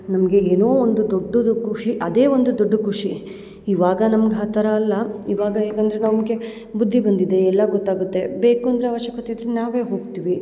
ನಮಗೆ ಏನೋ ಒಂದು ದೊಡ್ಡದು ಖುಷಿ ಅದೇ ಒಂದು ದೊಡ್ಡ ಖುಷಿ ಇವಾಗ ನಮ್ಗೆ ಆ ಥರ ಅಲ್ಲ ಇವಾಗ ಹೇಗಂದ್ರೆ ನಮಗೆ ಬುದ್ಧಿ ಬಂದಿದೆ ಎಲ್ಲ ಗೊತ್ತಾಗುತ್ತೆ ಬೇಕಂದ್ರೆ ಅವಶ್ಯಕತೆ ಇದ್ದರೆ ನಾವೇ ಹೋಗ್ತೀವಿ